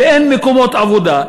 ואין מקומות עבודה,